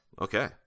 Okay